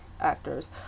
actors